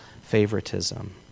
favoritism